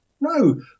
No